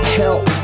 help